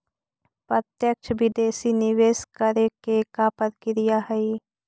प्रत्यक्ष विदेशी निवेश करे के का प्रक्रिया हइ?